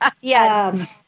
Yes